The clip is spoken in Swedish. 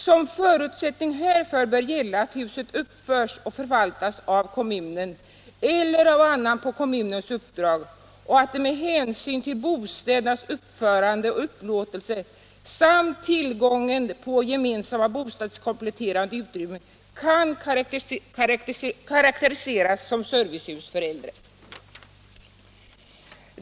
Som förutsättning härför bör gälla att huset uppförs och förvaltas av kommunen eller av annan på kommunens uppdrag och att det med hänsyn till bostädernas uppförande och upplåtelse samt tillgången på gemensamma bostadskompletterande utrymmen kan karakteriseras som servicehus för äldre.